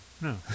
No